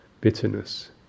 bitterness